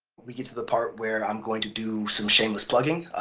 we get to the part where i'm going to do some shameless plugging.